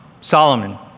Solomon